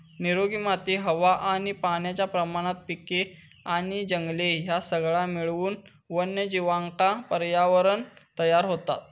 निरोगी माती हवा आणि पाण्याच्या प्रमाणात पिके आणि जंगले ह्या सगळा मिळून वन्यजीवांका पर्यावरणं तयार होता